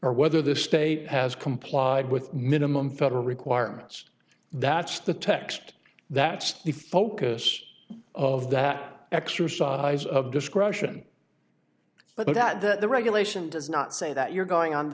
or whether the state has complied with minimum federal requirements that's the text that's the focus of that exercise of discretion but that the regulation does not say that you're going on